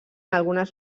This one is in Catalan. algunes